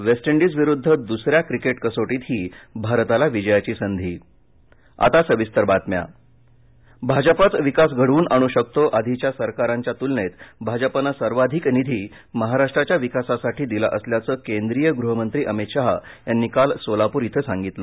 waste इंडीजविरुद्ध द्सऱ्या cricket कसोटीतही भारताला विजयाची संधी अमित शहा भाजपाच विकास घडवून आणू शकतो आधीच्या सरकारांच्या तुलनेत भाजपानं सर्वाधिक निधी महाराष्ट्राच्या विकासासाठी दिला असल्याचं केंद्रीय गृहमंत्री अमित शहा यांनी काल सोलापूर इथं सांगितलं